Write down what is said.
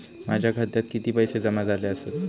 माझ्या खात्यात किती पैसे जमा झाले आसत?